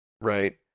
right